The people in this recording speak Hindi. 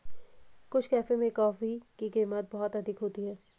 कुछ कैफे में कॉफी की कीमत बहुत अधिक होती है